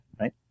Right